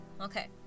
Okay